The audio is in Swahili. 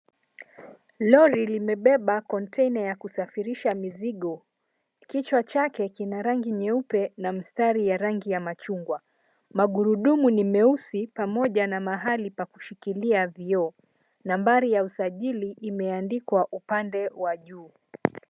Lori limebeba kontena ya kusafirisha mizigo , kichwa chake kina rangi nyeupe na mstari ya rangi ya machungwa. Magurudumu ni meusi pamoja na mahali pa kushikilia vioo, nambari ya usajili imeandikwa upande wa juu.